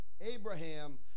Abraham